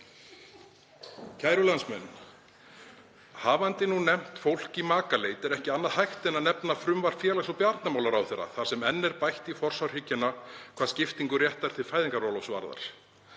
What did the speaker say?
Kæru landsmenn. Hafandi nú nefnt fólk í makaleit er ekki annað hægt en að nefna frumvarp félags- og barnamálaráðherra þar sem enn er bætt í forsjárhyggjuna hvað skiptingu réttar til fæðingarorlofs varðar.